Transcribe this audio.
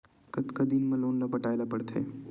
कतका दिन मा लोन ला पटाय ला पढ़ते?